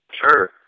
Sure